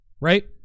right